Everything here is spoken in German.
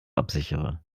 absichere